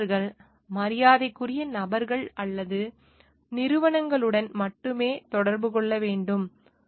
பொறியாளர்கள் மரியாதைக்குரிய நபர்கள் அல்லது நிறுவனங்களுடன் மட்டுமே தொடர்பு கொள்ள வேண்டும்